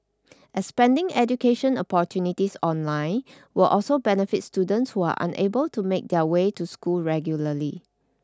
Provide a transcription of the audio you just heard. expanding education opportunities online will also benefit students who are unable to make their way to school regularly